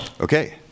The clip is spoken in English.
Okay